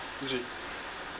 azrin